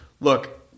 look